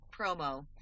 promo